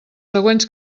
següents